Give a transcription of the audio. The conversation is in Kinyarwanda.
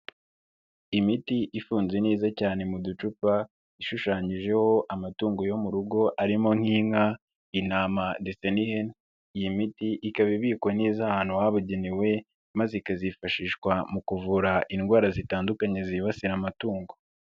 Imiti ifunze neza cyane mu ducupa, ishushanyijeho amatungo yo mu rugo arimo nk'inka intama ndetse n'ihene, iyi miti ikaba ibikwa neza ahantu habugenewe maze ikazifashishwa mu kuvura indwara zitandukanye zibasira amatungo.